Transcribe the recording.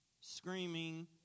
screaming